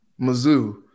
Mizzou